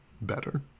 better